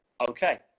okay